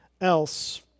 else